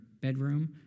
bedroom